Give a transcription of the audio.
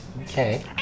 Okay